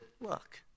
look